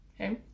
okay